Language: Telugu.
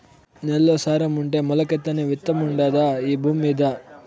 నేల్లో సారం ఉంటే మొలకెత్తని విత్తుండాదా ఈ భూమ్మీద